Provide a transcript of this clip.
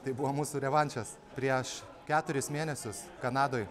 tai buvo mūsų revanšas prieš keturis mėnesius kanadoj